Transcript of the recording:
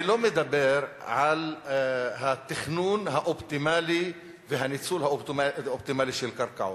אני לא מדבר על התכנון האופטימלי ועל הניצול האופטימלי של קרקעות.